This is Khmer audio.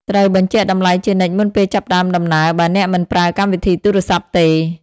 ត្រូវបញ្ជាក់តម្លៃជានិច្ចមុនពេលចាប់ផ្តើមដំណើរ បើអ្នកមិនប្រើកម្មវិធីទូរស័ព្ទទេ។